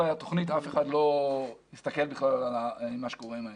התוכנית אף אחד לא הסתכל על מה שקורה עם העצים.